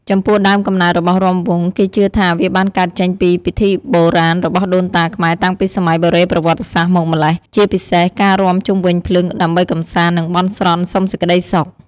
ចំពោះដើមកំណើតរបស់រាំវង់ គេជឿថាវាបានកើតចេញពីពិធីបុរាណរបស់ដូនតាខ្មែរតាំងពីសម័យបុរេប្រវត្តិសាស្ត្រមកម្ល៉េះ ជាពិសេសការរាំជុំវិញភ្លើងដើម្បីកម្សាន្ត និងបន់ស្រន់សុំសេចក្តីសុខ។